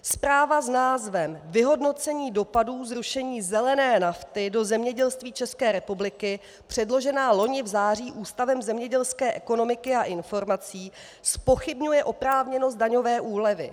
Zpráva s názvem Vyhodnocení dopadu zrušení zelené nafty do zemědělství České republiky, předložená loni v září Ústavem zemědělské ekonomiky a informací, zpochybňuje oprávněnost daňové úlevy.